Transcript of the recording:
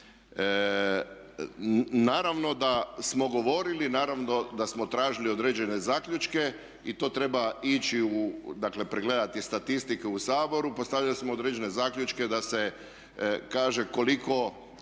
Naravno da smo govorili, naravno da smo tražili određene zaključke i to treba ići u, dakle pregledati statistike u Saboru, postavili smo određene zaključke da se kaže koliko,